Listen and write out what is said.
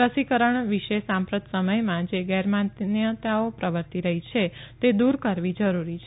રસીકરણ વશે સાંપ્રત સમથમાં જે ગેરમાન્યતાઓ પ્રર્વતી રહી છે તે દુર કરવી જરૂરી છે